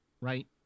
right